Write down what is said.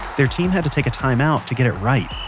their team had to take a time out to get it right,